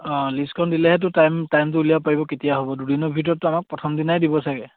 অঁ লিষ্টখন দিলেহে টাইমটো উলিয়াব পাৰিব কেতিয়া হ'ব দুদিনৰ ভিতৰতো আমাক প্ৰথম দিনাই দিব চাগে